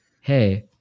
hey